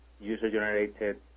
user-generated